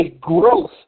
growth